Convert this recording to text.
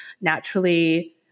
naturally